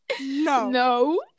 No